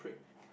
prick